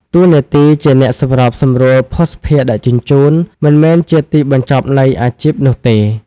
តួនាទីជាអ្នកសម្របសម្រួលភស្តុភារដឹកជញ្ជូន មិនមែនជាទីបញ្ចប់នៃអាជីពនោះទេ។